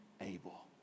able